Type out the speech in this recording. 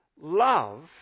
Love